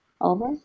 over